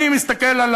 אני מסתכל על